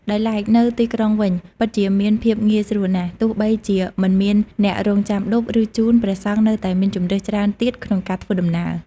ដោយឡែកនៅទីក្រុងវិញ ពិតជាមានភាពងាយស្រួលណាស់ ទោះបីជាមិនមានអ្នករង់ចាំឌុប ឬ ជូន ព្រះសង្ឃនៅតែមានជម្រើសច្រើនទៀតក្នុងការធ្វើដំណើរ។